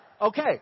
Okay